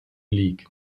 league